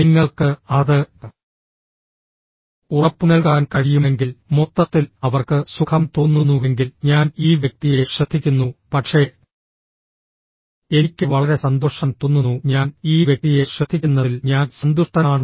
നിങ്ങൾക്ക് അത് ഉറപ്പുനൽകാൻ കഴിയുമെങ്കിൽ മൊത്തത്തിൽ അവർക്ക് സുഖം തോന്നുന്നുവെങ്കിൽ ഞാൻ ഈ വ്യക്തിയെ ശ്രദ്ധിക്കുന്നു പക്ഷേ എനിക്ക് വളരെ സന്തോഷം തോന്നുന്നു ഞാൻ ഈ വ്യക്തിയെ ശ്രദ്ധിക്കുന്നതിൽ ഞാൻ സന്തുഷ്ടനാണ്